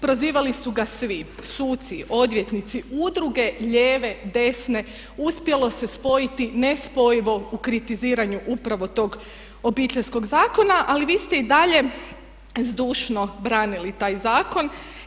Prozivali su ga svi, suci, odvjetnici, udruge lijeve, desne, uspjelo se spojiti nespojivo u kritiziranju upravo tog Obiteljskog zakona ali vi ste i dalje zdušno branili taj zakon.